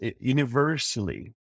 universally